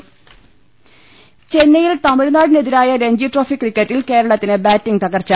രുവെട്ടെടു ചെന്നൈയിൽ തമിഴ്നാടിനെതിരായ രഞ്ജി ട്രോഫി ക്രിക്കറ്റിൽ കേരള ത്തിന് ബാറ്റിംഗ് തകർച്ച